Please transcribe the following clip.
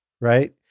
right